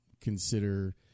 consider